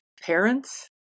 parents